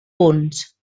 punts